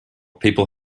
people